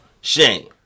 Shame